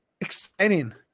exciting